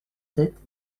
sept